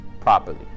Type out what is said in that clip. properly